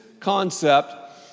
Concept